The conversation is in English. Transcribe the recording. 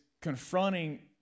confronting